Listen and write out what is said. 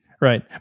Right